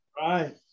Right